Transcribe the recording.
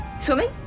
Swimming